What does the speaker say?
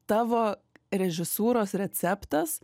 tavo režisūros receptas